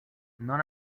none